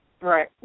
Right